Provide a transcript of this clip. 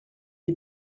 est